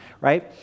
right